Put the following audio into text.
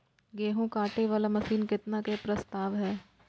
गेहूँ काटे वाला मशीन केतना के प्रस्ताव हय?